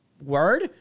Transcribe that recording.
Word